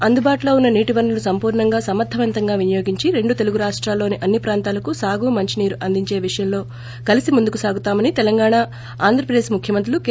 అందుబాటులో ఉన్న నీటి వనరులను సంపూర్ణంగా సమర్గవంతంగా వినియోగించి రెండు తెలుగు రాష్టాల్లోని అన్ని ప్రాంతాలకు సాగు మంచినీరు అందించే విషయంలో కలిసి ముందుకు సాగుతామని తెలంగాణ ఆంధ్రప్రదేక్ ముఖ్యమంత్రులు కె